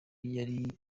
yari